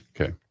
Okay